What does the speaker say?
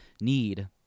need